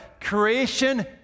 Creation